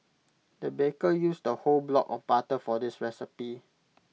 the baker used A whole block of butter for this recipe